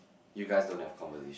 you guys don't have conversation